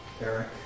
Eric